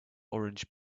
orange